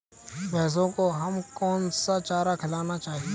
भैंसों को हमें कौन सा चारा खिलाना चाहिए?